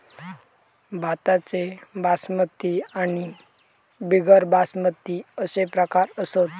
भाताचे बासमती आणि बिगर बासमती अशे प्रकार असत